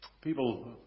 People